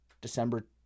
December